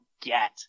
get